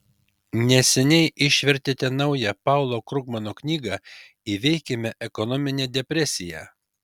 neseniai išvertėte naują paulo krugmano knygą įveikime ekonominę depresiją